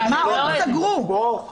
מה עוד סגרו?